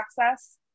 access